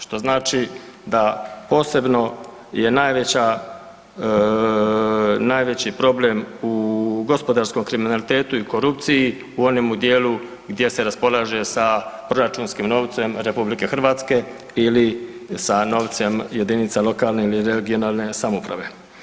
Što znači da posebno je najveći problem u gospodarskom kriminalitetu i korupciji u onom dijelu gdje se raspolaže sa proračunskim novcem RH ili sa novcem jedinica lokalne ili regionalne samouprave.